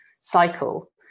cycle